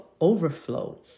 overflow